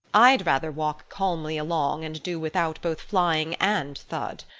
i'd rather walk calmly along and do without both flying and thud.